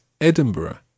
Edinburgh